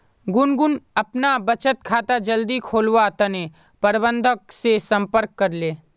गुनगुन अपना बचत खाता जल्दी खोलवार तने प्रबंधक से संपर्क करले